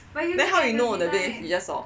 then how you know the thing you just saw